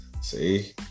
See